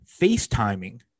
facetiming